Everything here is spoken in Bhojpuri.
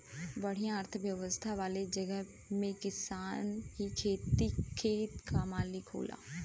बढ़िया अर्थव्यवस्था वाले जगह में किसान ही खेत क मालिक होला